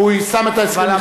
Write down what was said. והוא שם את ההסכם בכתב.